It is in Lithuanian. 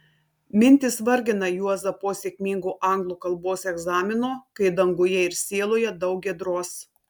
mintys vargina juozą po sėkmingo anglų kalbos egzamino kai danguje ir sieloje daug giedros